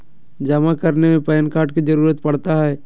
जमा करने में पैन कार्ड की जरूरत पड़ता है?